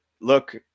look